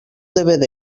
dvd